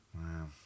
Wow